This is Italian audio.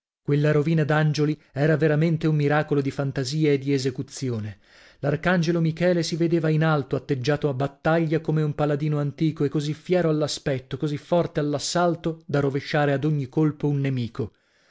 quella rovina d'angioli era veramente un miracolo di fantasia e di esecuzione l'arcangelo michele si vedeva in alto atteggiato a battaglia come un paladino antico e così fiero all'aspetto così forte all'assalto da rovesciare ad ogni colpo un nemico